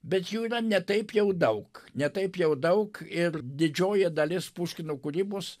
bet jų yra ne taip jau daug ne taip jau daug ir didžioji dalis puškino kūrybos